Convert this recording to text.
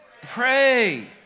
Pray